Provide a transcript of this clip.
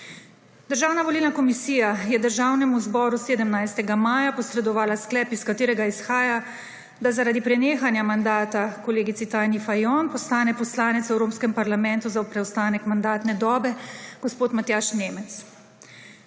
Državna volilna komisija je Državnemu zboru 17. maja 2022 posredovala sklep, iz katerega izhaja, da zaradi prenehanja mandata kolegici Tanji Fajon postane poslanec v Evropskem parlamentu za preostanek mandatne dobe gospod Matjaž Nemec.